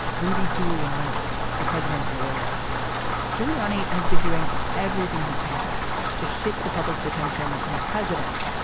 rudy giuliani the president's lawyer giuliani has been doing everything he can to shift the public's attention from the president.